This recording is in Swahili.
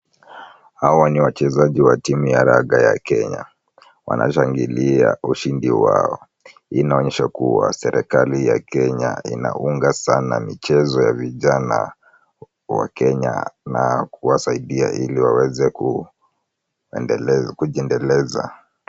Hawa ni wachezaji wa timu ya raga ya Kenya. Wanashangilia ushindi wao. Hii inaonyesha kuwa serikali ya Kenya inaunga sana michezo ya vijana wa Kenya na kuwasaidia ili waweze kujiendeleza.